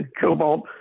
Cobalt